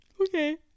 Okay